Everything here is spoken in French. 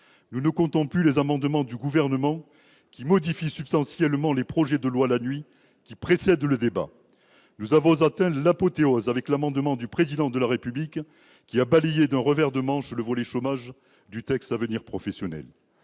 Nous ne comptons plus les amendements du Gouvernement qui modifient substantiellement les projets de loi la nuit précédant le débat. Nous avons atteint l'apothéose avec l'amendement annoncé par le Président de la République, qui a balayé d'un revers de main le volet « chômage » du projet de